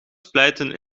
splijten